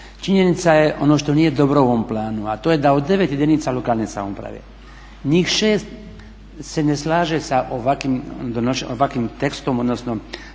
Činjenica je ono što nije dobro u ovom planu, a to je da od 9 jedinica lokalne samouprave njih 6 se ne slaže sa ovakvim tekstom odnosno